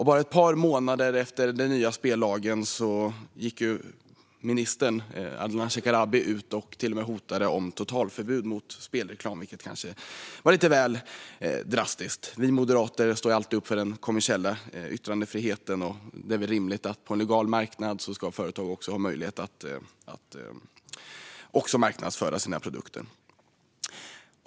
Bara ett par månader efter att den nya spellagen infördes gick minister Ardalan Shekarabi ut och hotade med totalförbud mot spelreklam, vilket kanske var lite väl drastiskt. Vi moderater står alltid upp för den kommersiella yttrandefriheten. Det är väl rimligt på en legal marknad att företag ska ha möjlighet att marknadsföra sina produkter.